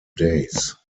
days